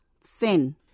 thin